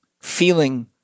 feeling